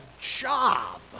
job